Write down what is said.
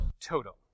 Total